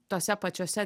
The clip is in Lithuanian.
tose pačiose